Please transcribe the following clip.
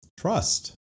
Trust